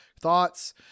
thoughts